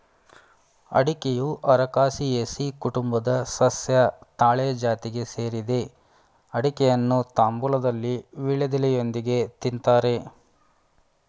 ಅಡಿಕೆಯು ಅರಕಾಸಿಯೆಸಿ ಕುಟುಂಬದ ಸಸ್ಯ ತಾಳೆ ಜಾತಿಗೆ ಸೇರಿದೆ ಅಡಿಕೆಯನ್ನು ತಾಂಬೂಲದಲ್ಲಿ ವೀಳ್ಯದೆಲೆಯೊಂದಿಗೆ ತಿನ್ತಾರೆ